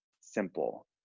simple